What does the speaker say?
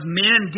men